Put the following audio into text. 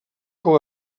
com